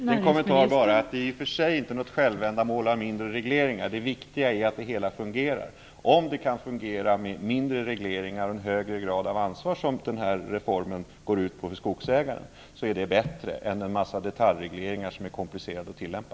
Fru talman! Bara en liten kommentar. Det är inte något självändamål att ha mindre av regleringar. Det viktiga är att det hela fungerar. Om det kan fungera med mindre av regleringar och en högre grad av ansvar för skogsägaren, som denna reform går ut på, är det bättre än att ha en mängd detaljregleringar som är komplicerade att tillämpa.